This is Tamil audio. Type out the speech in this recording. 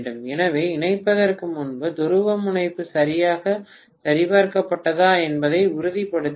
எனவே இணைப்பதற்கு முன்பு துருவமுனைப்பு சரியாக சரிபார்க்கப்பட்டதா என்பதை உறுதிப்படுத்த வேண்டும்